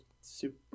super